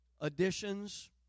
additions